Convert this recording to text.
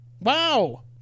Wow